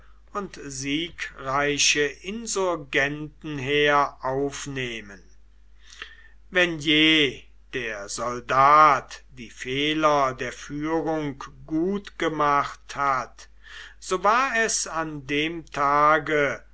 und siegreiche insurgentenheer aufnehmen wenn je der soldat die fehler der führung gutgemacht hat so war es an dem tage